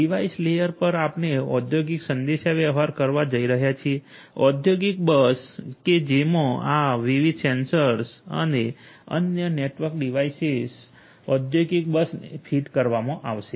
device layer પર આપણે આ ઔદ્યોગિક સંદેશાવ્યવહાર કરવા જઇ રહ્યા છીએ ઔદ્યોગિક બસ કમ્યુનિકેશન બસ કે જેમાં આ વિવિધ સેન્સર અને અન્ય નેટવર્ક ડિવાઇસેસ ઔદ્યોગિક બસને ફીટ કરવામાં આવશે